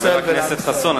חבר הכנסת חסון,